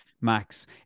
Max